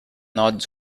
not